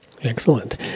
excellent